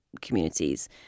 communities